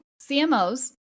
CMOs